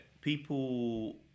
People